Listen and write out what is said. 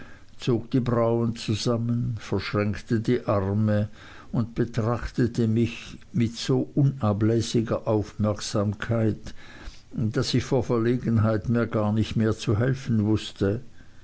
zog die brauen zusammen verschränkte die arme und betrachtete mich mit so unablässiger aufmerksamkeit daß ich vor verlegenheit mir gar nicht mehr zu helfen wußte